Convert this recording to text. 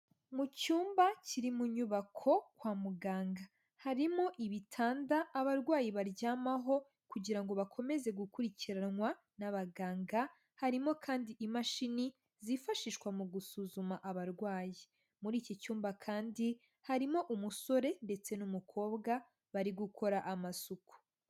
Mu cyumba kiri mu nyubako kwa muganga harimo ibitanda abarwayi baryamaho kugira ngo bakomeze gukurikiranwa n'abaganga, harimo kandi imashini zifashishwa mu gusuzuma abarwayi, muri iki cyumba kandi harimo umusore ndetse n'umukobwa bari gukora amasuku.